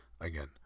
again